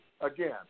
again